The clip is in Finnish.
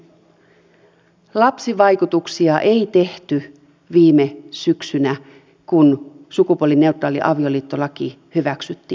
lapsivaikutusten arviointia ei tehty viime syksynä kun sukupuolineutraali avioliittolaki hyväksyttiin